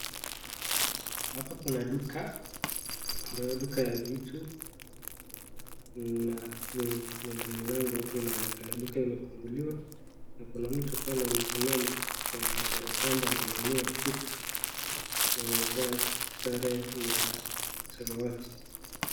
Hapa kuna duka, ambayo duka ya vitu na kuna mlango hapo inaonekana. Duka imefunguliwa na kuna mtu pale amesimama ishara kwamba ananunua kitu na amevaa sare ya samawati.